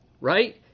right